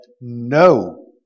no